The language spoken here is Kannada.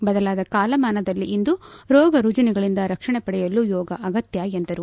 ಬದಲಾದ ಕಾಲಮಾನದಲ್ಲಿಂದು ರೋಗರುಜಿನಗಳಿಂದ ರಕ್ಷಣೆ ಪಡೆಯಲು ಯೋಗ ಅಗತ್ನ ಎಂದರು